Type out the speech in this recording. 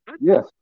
Yes